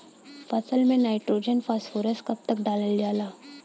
फसल में nitrogen phosphorus कब कब डालल जाला?